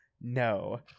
No